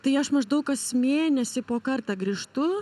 tai aš maždaug kas mėnesį po kartą grįžtu